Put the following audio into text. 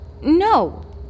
no